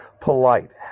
Polite